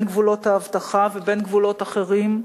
בין גבולות ההבטחה ובין גבולות אחרים.